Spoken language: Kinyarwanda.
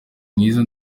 mwiza